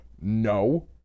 no